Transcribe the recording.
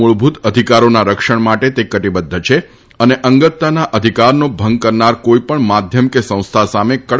મૂળભૂત અધિકારોના રક્ષણ માટે તે કટીબદ્ધ છે અને અંગતતાના અધિકારનો ભંગ કરનાર કોઈપણ માધ્યમ કે સંસ્થા સામે કડક કાર્યવાહી કરાશે